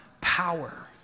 power